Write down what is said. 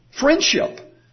Friendship